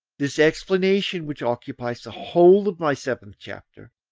this explanation, which occupies the whole of my seventh chapter,